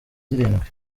zirindwi